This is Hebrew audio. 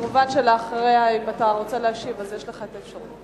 מובן שאחריה אם אתה רוצה להשיב, יש לך אפשרות.